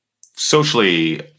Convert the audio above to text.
socially